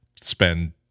spend